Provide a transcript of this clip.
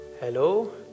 Hello